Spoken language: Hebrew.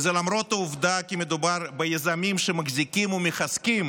וזה למרות העובדה כי מדובר ביזמים שמחזיקים ומחזקים